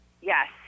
Yes